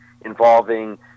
involving